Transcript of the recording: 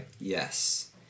Yes